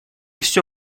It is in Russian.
все